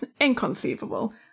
Inconceivable